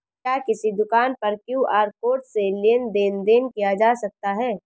क्या किसी दुकान पर क्यू.आर कोड से लेन देन देन किया जा सकता है?